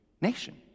nation